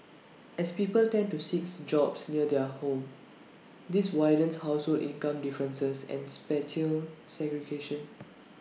as people tend to seek jobs near their homes this widens household income differences and spatial segregation